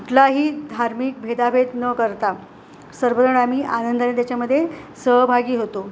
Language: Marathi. कुठलाही धार्मिक भेदाभेद न करता सर्वजण आम्ही आनंदाने त्याच्यामध्ये सहभागी होतो